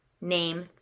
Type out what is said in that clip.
Name